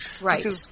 Right